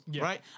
right